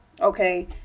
okay